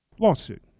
Lawsuit